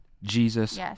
jesus